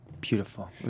beautiful